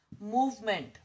movement